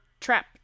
trap